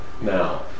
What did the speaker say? now